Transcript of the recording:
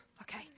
Okay